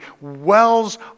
wells